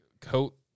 coat